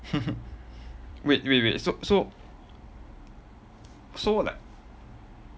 wait wait wait so so so like